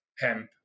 hemp